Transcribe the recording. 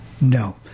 no